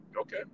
Okay